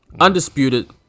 Undisputed